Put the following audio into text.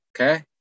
Okay